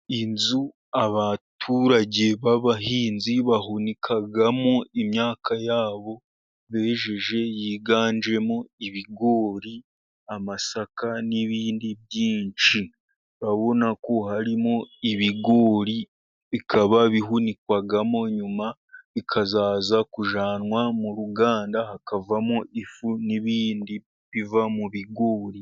Inzu abaturage b'abahinzi bahunikamo imyaka ya bo bejeje yiganjemo ibigori, amasaka n'ibindi byinshi, urabona ko harimo ibigori, bikaba bihunikwamo, nyuma bikaza kujyanwa mu ruganda hakavamo ifu n'ibindi biva mu biguri.